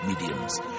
mediums